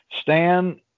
Stan